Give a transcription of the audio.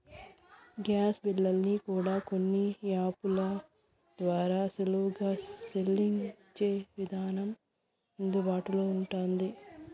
gas బిల్లుల్ని కూడా కొన్ని యాపుల ద్వారా సులువుగా సెల్లించే విధానం అందుబాటులో ఉంటుంది